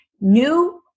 new